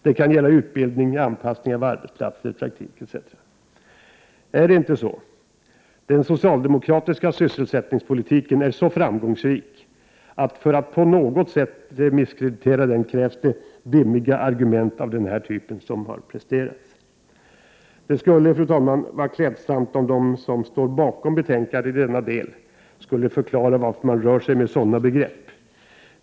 Det kan gälla utbildning, anpassning av arbetsplatser, praktik, etc. Är det inte så att den socialdemokratiska sysselsättningspolitiken är så framgångsrik att det krävs dimmiga argument av den typ som här har presterats för att på något sätt misskreditera den? Det skulle, fru talman, vara klädsamt om de som står bakom betänkandet i den delen förklarade varför man rör sig med sådana begrepp.